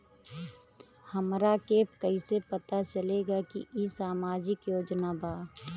हमरा के कइसे पता चलेगा की इ सामाजिक योजना बा?